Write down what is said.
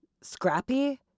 scrappy